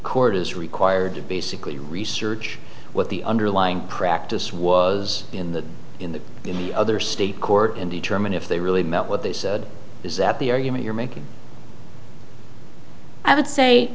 court is required to basically research what the underlying practice was in the in the other state court and determine if they really meant what they said is that the argument you're making i would say